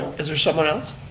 is there someone else?